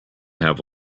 have